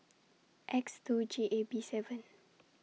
X two G A B seven